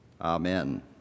Amen